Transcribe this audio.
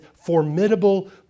formidable